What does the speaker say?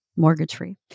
mortgage-free